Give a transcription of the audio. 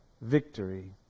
victory